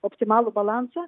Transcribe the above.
optimalų balansą